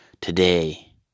today